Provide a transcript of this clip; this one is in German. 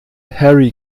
harry